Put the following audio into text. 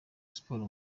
sport